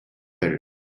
tel